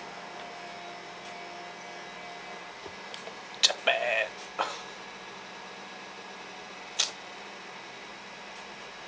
japan